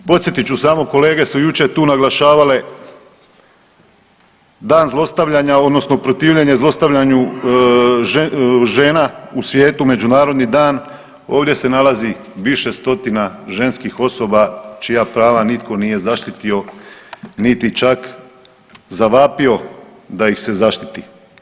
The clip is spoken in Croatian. Podsjetit ću samo, kolege su jučer tu naglašavale dan zlostavljanja odnosno protivljenje zlostavljanju žena u svijetu međunarodni dan, ovdje se nalazi više stotina ženskih osoba čija prava nitko nije zaštitio, niti čak zavapio da ih se zaštiti.